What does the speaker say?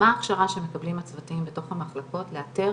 מה ההכשרה שמקבלים הצוותים בתוך המחלקות לאתר